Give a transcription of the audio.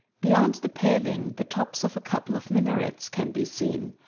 beyond the paling the tops of a couple of minarets can be seen,